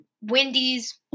Wendy's